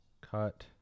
Cut